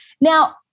Now